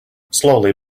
slowly